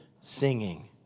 singing